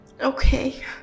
Okay